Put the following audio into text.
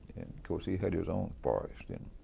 course he had his own forest. and